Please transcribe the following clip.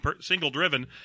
single-driven